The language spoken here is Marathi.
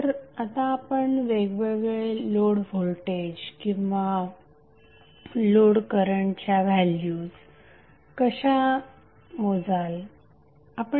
तर आता आपण वेगवेगळे लोड व्होल्टेज आणि लोड करंटच्या व्हॅल्यूज कशा कॅल्क्युलेट कराल